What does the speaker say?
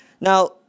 Now